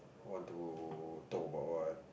want to talk about what